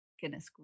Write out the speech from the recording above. goodness